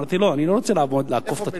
אמרתי: לא, אני לא רוצה לעקוף, איפה?